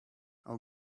our